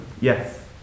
Yes